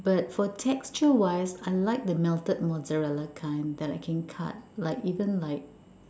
but for texture wise I like the melted mozzarella kind that I can cut like even like